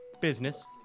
business